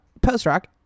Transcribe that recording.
post-rock